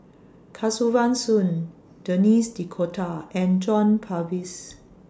Kesavan Soon Denis D'Cotta and John Purvis